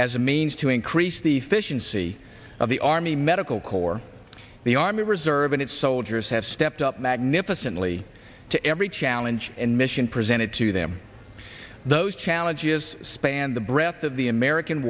as a means to increase the efficiency of the army medical corps the army reserve and its soldiers have stepped up magnificently to every challenge and mission presented to them those challenges spanned the breadth of the american